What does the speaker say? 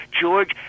George